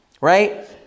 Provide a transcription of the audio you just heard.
right